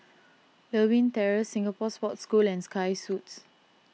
Lewin Terrace Singapore Sports School and Sky Suites